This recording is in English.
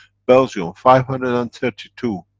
belgium, five hundred and thirty-two.